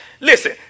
listen